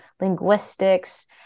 linguistics